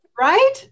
Right